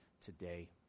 today